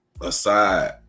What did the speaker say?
aside